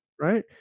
Right